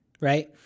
right